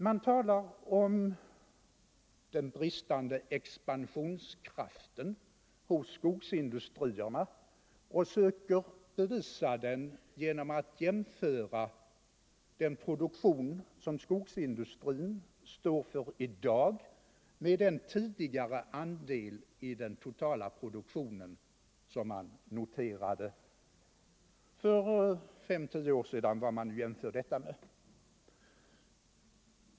Man talar om den bristande expansionsviljan hos skogsindustrierna och söker bevisa att sådan föreligger genom att jämföra den produktion som skogsindustrin står för i dag med den andel i den totala produktionen som man noterade för fem eller tio år sedan eller vad man nu jämför med.